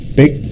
big